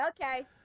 Okay